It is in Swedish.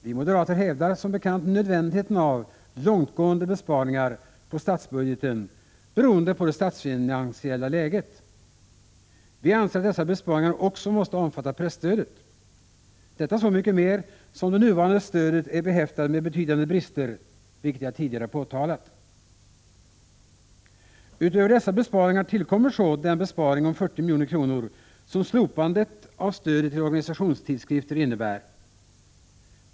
Vi moderater hävdar som bekant nödvändigheten av långtgående besparingar på statsbudgeten beroende på det statsfinansiella läget. Vi anser att dessa besparingar också måste omfatta presstödet — detta så mycket mer, som det nuvarande stödet är behäftat med betydande brister, vilket jag tidigare påtalat. Utöver dessa besparingar tillkommer så den besparing om 40 milj.kr. som slopandet av stödet till organisationstidskrifter innebär.